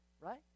right